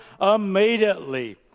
immediately